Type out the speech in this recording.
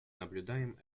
наблюдаем